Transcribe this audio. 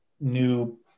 new